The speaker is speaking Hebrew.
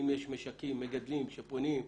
האם יש משקים מגדלים שפונים?